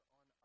on